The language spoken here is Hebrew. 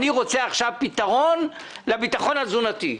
אני רוצה עכשיו פתרון לביטחון התזונתי,